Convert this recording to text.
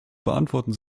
beantworten